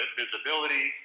visibility